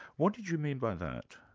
what did you mean by that?